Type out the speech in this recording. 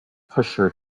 pusher